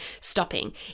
stopping